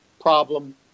problem